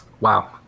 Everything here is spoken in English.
Wow